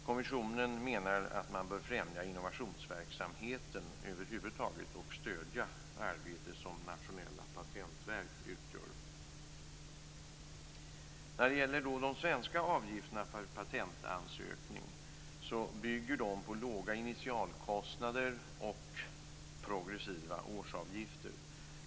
Kommissionen menar att man bör främja innovationsverksamheten över huvud taget och stödja det arbete som nationella patentverk utför. De svenska avgifterna för patentansökning bygger på låga initialkostnader och progressiva årsavgifter.